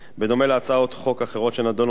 בדומה להצעות חוק אחרות שנדונו בוועדת